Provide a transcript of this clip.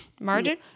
margin